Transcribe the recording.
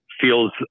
feels